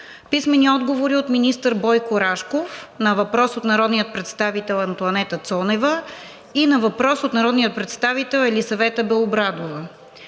писмени отговори от министър Бойко Рашков на въпрос от народния представител Антоанета Цонева; един въпрос от народния представител Елисавета Белобрадова;